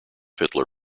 hitler